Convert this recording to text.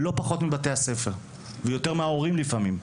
לא פחות מבתי הספר ויותר מההורים לפעמים.